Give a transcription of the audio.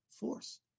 force